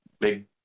big